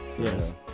Yes